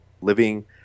living